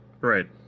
Right